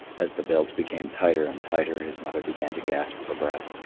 as the belt became tighter and tighter, his mother began to gasp for breath,